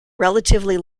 relatively